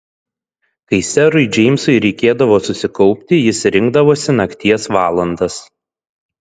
kai serui džeimsui reikėdavo susikaupti jis rinkdavosi nakties valandas